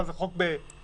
מה זה חוק ניסיון?